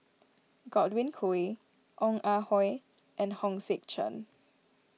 Godwin Koay Ong Ah Hoi and Hong Sek Chern